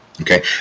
okay